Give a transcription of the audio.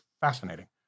fascinating